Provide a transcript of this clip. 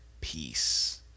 peace